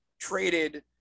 traded